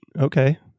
Okay